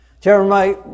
Jeremiah